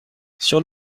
sur